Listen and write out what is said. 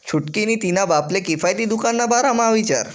छुटकी नी तिन्हा बापले किफायती दुकान ना बारा म्हा विचार